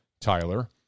Tyler